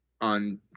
on